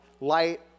Light